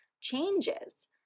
changes